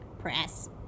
Press